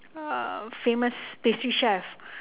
uh famous pastry chef